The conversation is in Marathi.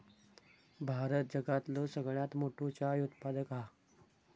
भारत जगातलो सगळ्यात मोठो चाय उत्पादक हा